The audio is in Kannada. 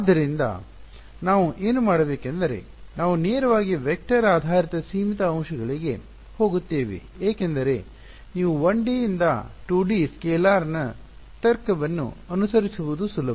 ಆದ್ದರಿಂದ ನಾವು ಏನು ಮಾಡಬೇಕೆಂದರೆ ನಾವು ನೇರವಾಗಿ ವೆಕ್ಟರ್ ಆಧಾರಿತ ಸೀಮಿತ ಅಂಶಗಳಿಗೆ ಹೋಗುತ್ತೇವೆ ಏಕೆಂದರೆ ನೀವು 1D ಯಿಂದ 2D ಸ್ಕೇಲಾರ್ನ ತರ್ಕವನ್ನು ಅನುಸರಿಸುವುದು ಸುಲಭ